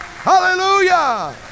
hallelujah